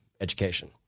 Education